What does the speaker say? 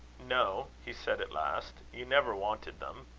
no, he said at last. you never wanted them.